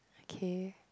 okay